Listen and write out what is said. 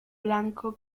blanco